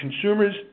consumers